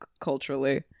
culturally